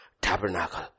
tabernacle